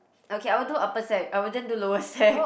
okay I will do upper sec I wouldn't do lower sec